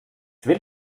will